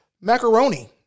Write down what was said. Macaroni